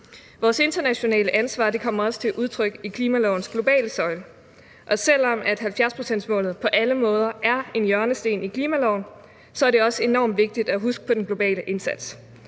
Vores internationale ansvar kommer også til udtryk i klimalovens globale søjle. Og selv om 70-procentsmålet på alle måder er en hjørnesten i klimaloven, er det også enormt vigtigt at huske på den globale indsats.